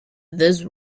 this